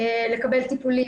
לקבל טיפולים.